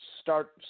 start